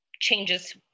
changes